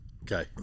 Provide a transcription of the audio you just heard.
Okay